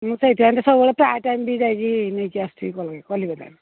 ମୁଁ ସେଇଥିପାଇଁ ତ ସବୁବେଳେ ପ୍ରାୟ ଟାଇମ୍ ବି ଯାଇକି ନେଇକି ଆସିଥିଲି କଲିକତାରୁ